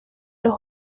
los